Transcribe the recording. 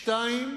שתיים,